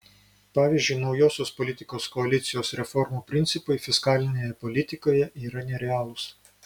pavyzdžiui naujosios politikos koalicijos reformų principai fiskalinėje politikoje yra nerealūs